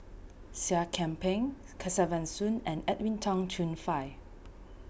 Seah Kian Peng Kesavan Soon and Edwin Tong Chun Fai